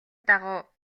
дагуу